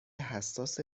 حساس